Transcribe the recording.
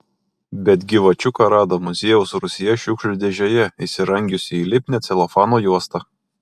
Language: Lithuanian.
bet gyvačiuką rado muziejaus rūsyje šiukšlių dėžėje įsirangiusį į lipnią celofano juostą